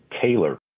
Taylor